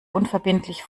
unverbindlich